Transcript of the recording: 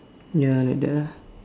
ya like the